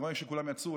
אני רואה שכולם יצאו,